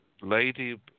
lady